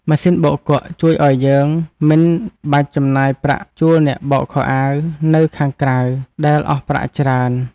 ម៉ាស៊ីនបោកគក់ជួយឱ្យយើងមិនបាច់ចំណាយប្រាក់ជួលអ្នកបោកខោអាវនៅខាងក្រៅដែលអស់ប្រាក់ច្រើន។